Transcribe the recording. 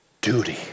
duty